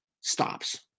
Stops